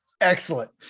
Excellent